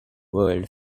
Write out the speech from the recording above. world